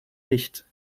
nicht